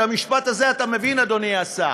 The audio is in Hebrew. את המשפט הזה אתה מבין, אדוני השר.